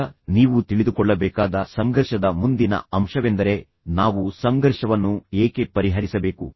ಈಗ ನೀವು ತಿಳಿದುಕೊಳ್ಳಬೇಕಾದ ಸಂಘರ್ಷದ ಮುಂದಿನ ಅಂಶವೆಂದರೆಃ ನಾವು ಸಂಘರ್ಷವನ್ನು ಏಕೆ ಪರಿಹರಿಸಬೇಕು